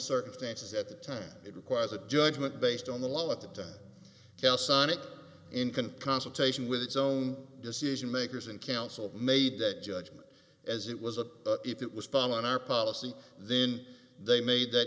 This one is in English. circumstances at the time it requires a judgement based on the law at the time callsign it in can consultation with it's own decision makers and council made that judgment as it was a if it was following our policy then they made that